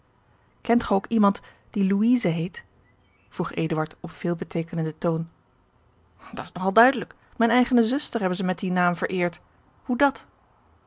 kent gij ook iemand die louise heet vroeg eduard op veelbeteekenenden toon dat is nog al duidelijk mijne eigene zuster hebben zij met dien naam vereerd hoe dat